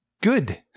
good